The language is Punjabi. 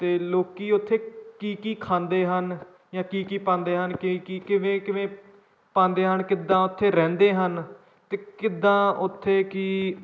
ਅਤੇ ਲੋਕ ਉੱਥੇ ਕੀ ਕੀ ਖਾਂਦੇ ਹਨ ਜਾਂ ਕੀ ਕੀ ਪਾਉਂਦੇ ਹਨ ਕਿ ਕੀ ਕਿਵੇਂ ਕਿਵੇਂ ਪਾਉਂਦੇ ਹਨ ਕਿੱਦਾਂ ਉੱਥੇ ਰਹਿੰਦੇ ਹਨ ਅਤੇ ਕਿੱਦਾਂ ਉੱਥੇ ਕੀ